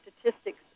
statistics